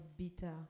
bitter